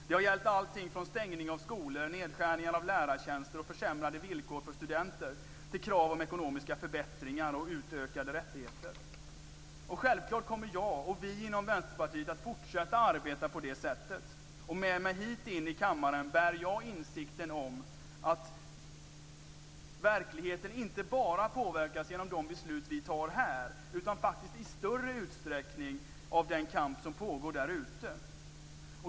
Det har gällt allting från stängning av skolor, nedskärning av lärartjänster och försämrade villkor för studenter, till krav om ekonomiska förbättringar och utökade rättigheter. Självklart kommer vi inom Vänsterpartiet att fortsätta att arbeta på det sättet. Med mig in i kammaren bär jag insikten om att verkligheten inte bara påverkas genom de beslut vi fattar här utan faktiskt i större utsträckning av den kamp som pågår därute.